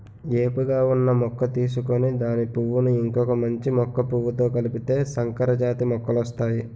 ఏపుగా ఉన్న మొక్క తీసుకొని దాని పువ్వును ఇంకొక మంచి మొక్క పువ్వుతో కలిపితే సంకరజాతి మొక్కలొస్తాయి